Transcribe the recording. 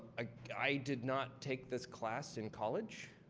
ah i did not take this class in college,